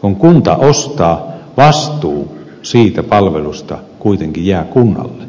kun kunta ostaa vastuu siitä palvelusta kuitenkin jää kunnalle